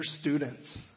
students